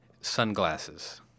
Sunglasses